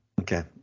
Okay